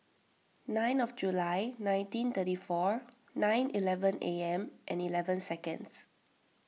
nine of July nineteen thirty four nine eleven A M and eleven seconds